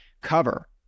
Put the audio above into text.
Cover